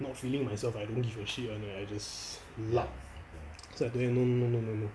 not feeling myself I don't give a shit [one] right I just lup so I told him no no no no no